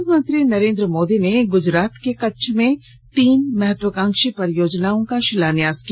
प्रधानमंत्री नरेंद्र मोदी ने गुजरात में कच्छ में तीन महत्वाकांक्षी परियोजनाओं का शिलान्यास किया